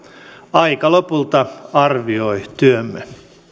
aika lopulta arvioi työmme